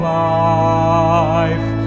life